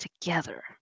together